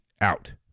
out